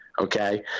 Okay